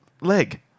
Leg